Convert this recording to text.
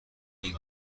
این